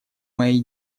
моей